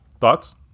thoughts